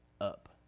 up